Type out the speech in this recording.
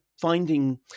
finding